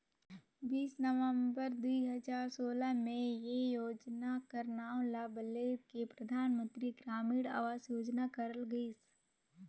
बीस नवंबर दुई हजार सोला में ए योजना कर नांव ल बलेद के परधानमंतरी ग्रामीण अवास योजना करल गइस